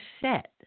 set